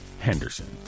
Henderson